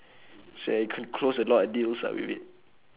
so I could close a lot of deals ah with it